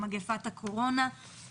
מגפת הקורונה.